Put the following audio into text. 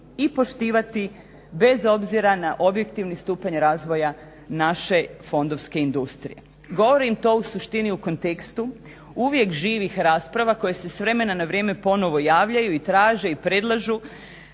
i poštivati bez obzira na objektivni stupanj razvoja naše fondovske industrije. Govorim to u suštini u kontekstu uvijek živih rasprava koje se s vremena na vrijeme ponovo javljaju i traže i predlažu